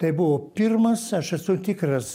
tai buvo pirmas aš esu tikras